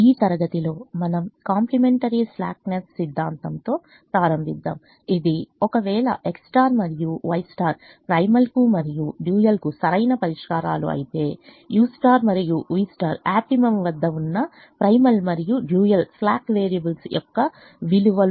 ఈ తరగతిలో మనం కాంప్లిమెంటరీ స్లాక్నెస్ సిద్ధాంతంతో ప్రారంభిద్దాం ఇది X మరియు Y ప్రైమల్ కు మరియు డ్యూయల్ కు సరైన పరిష్కారాలు అయితే U మరియు V ఆప్టిమమ్ వద్ద ఉన్న ప్రైమల్ మరియు డ్యూయల్ స్లాక్ వేరియబుల్స్ యొక్క విలువలు